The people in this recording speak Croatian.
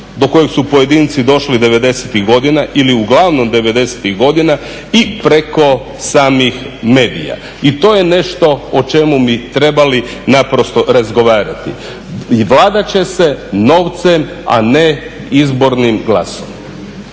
do kojeg su pojedinci došli '90.-ih godina ili uglavnom '90.-tih godina i preko samih medija. I to je nešto o čemu bi trebali naprosto razgovarati. I vladati će se novcem a ne izbornim glasom.